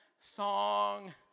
song